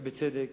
ובצדק.